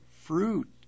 fruit